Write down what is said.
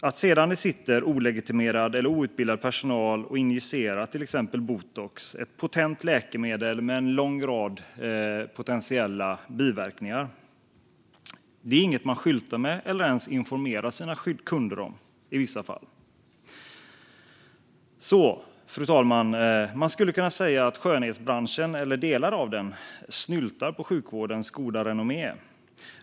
Att det sedan sitter olegitimerad eller outbildad personal och injicerar till exempel botox, ett potent läkemedel med en lång rad potentiella biverkningar, är inget man skyltar med eller ens informerar sina kunder om i vissa fall. Fru talman! Man skulle kunna säga att skönhetsbranschen, eller delar av den, snyltar på sjukvårdens goda renommé.